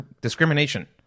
discrimination